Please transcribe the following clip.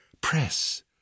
press